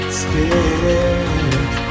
scared